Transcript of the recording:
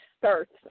starts